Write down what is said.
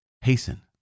Hasten